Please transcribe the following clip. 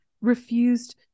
refused